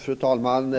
Fru talman!